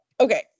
okay